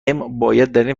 این